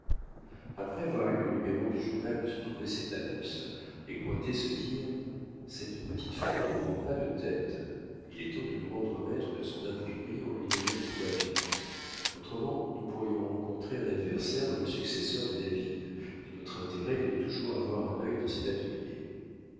après avoir lu le numéro du journal où se trouvait cette annonce les cointet se dirent cette petite femme ne manque pas de tête il est temps de nous rendre maîtres de son imprimerie en lui donnant de quoi vivre autrement nous pourrions rencontrer un adversaire dans le successeur de david et notre intérêt est de toujours avoir un œil dans cet atelier